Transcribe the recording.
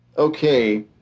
Okay